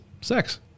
sex